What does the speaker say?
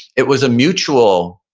it was a mutual,